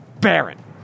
Baron